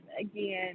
again